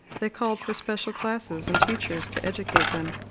they called for special classes and teachers to educate them.